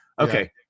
okay